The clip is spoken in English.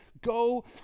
Go